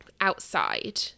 outside